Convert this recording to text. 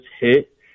hit